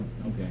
okay